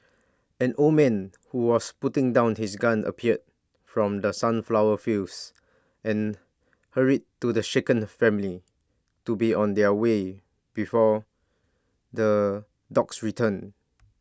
an old man who was putting down his gun appeared from the sunflower fields and hurried to the shaken family to be on their way before the dogs return